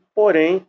porém